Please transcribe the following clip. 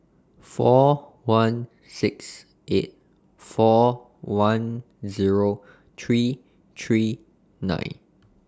four one six eight four one Zero three three nine